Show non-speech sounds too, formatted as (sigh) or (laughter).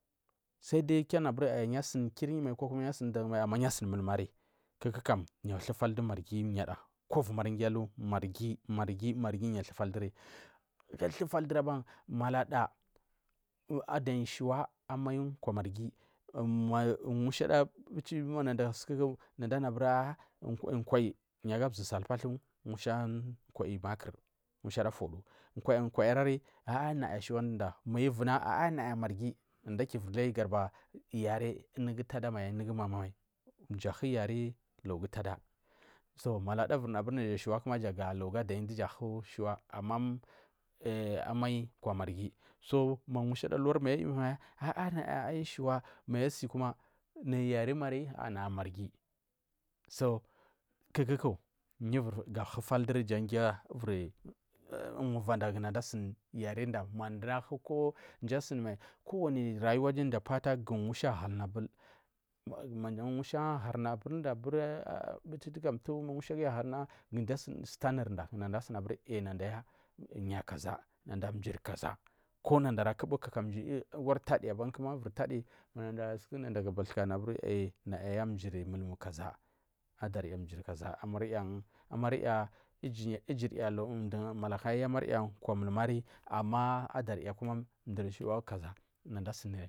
Sai dai kiu anaburi yu asini kiryi mai kokum mdur mai ama yu asini mulmari kuku kam yu ahufal du marghi gada kuvumari giu alu marghi marghi yu athutal duri giu ahfal duri ban malada adayan shuwa abai marghi mushada bichi du suku anu aburi kwai yu aga gusal pathu musha kwayi makur mushada fodu kwayiri anada shuwa duda mayu ivuna a naya marghi nada akivur laiyu yari nugu dadamai nuri mabamai mji ahu yari lagu dada so malada ivur nu aburi naja shuwa kuma ga lagu adayi jan duja anu aburi shawa ama abai kwa marghi so ma mushada ulari yu aiyi ivu mai nada shuwa mayu asi kuma nayi yaiy maiy naya marghi so kuku ku yu ahutal du marghi jan giu ivir wuvada nada ahufal du marghi manda ahu mji asuni (unintelligible) dunya ku musha ahuduna bul ma buchi dugu amtu musha guyi asunuri sutanur da kumgi asuni abur marghi nada mjiri kaza mandara kaza kubu kakamji nadara ara suni ko iviri tadi naya ya mjiri kaza adarya mjiri kaza amarya mjiri ijunya laguku mjigu ayaba abarya ama adayi kuma mjiri ama adanya kuma shuwa kaza. (unintelligible)